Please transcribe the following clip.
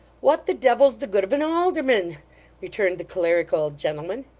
what the devil's the good of an alderman returned the choleric old gentleman.